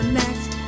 next